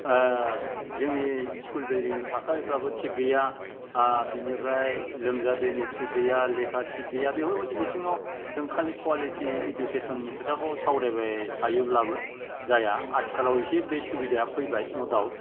जोंनि स्कुल बिल्दिंनि थासारिफ्राबो थिख गैया बेनिफ्रा लोंग्रा दैनि थिख गैया लेखा थिख गैया बेफोर बादि बिथिङाव जों खालि कुवालिटि इडुकेसननि खोथाखौ सावरायबाय थायोब्लाबो जाया आथिखालाव एसे बे सुबिदाया फैबाय न डाउट